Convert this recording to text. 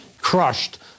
crushed